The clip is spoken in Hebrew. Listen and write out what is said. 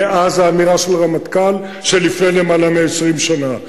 מאז האמירה של רמטכ"ל של לפני למעלה מ-20 שנה.